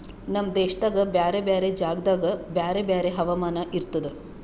ನಮ್ ದೇಶದಾಗ್ ಬ್ಯಾರೆ ಬ್ಯಾರೆ ಜಾಗದಾಗ್ ಬ್ಯಾರೆ ಬ್ಯಾರೆ ಹವಾಮಾನ ಇರ್ತುದ